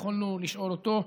יכולנו לשאול אותו.